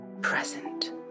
present